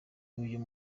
uyu